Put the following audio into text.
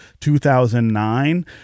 2009